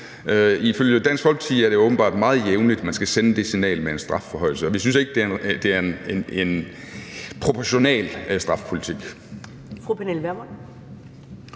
Ifølge Dansk Folkeparti er det åbenbart jævnligt, at man skal sende det signal med en strafforhøjelse. Vi synes ikke, det er en proportional strafpolitik.